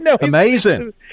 amazing